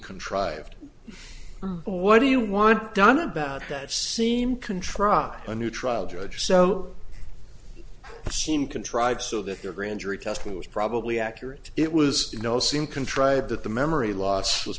contrived what do you want done about that seem contrived a new trial judge so seem contrived so that their grand jury testimony was probably accurate it was you know seem contrived that the memory loss was